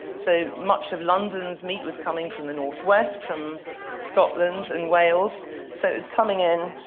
so much of london's meat was coming from the northwest, from scotland and wales so it was coming in,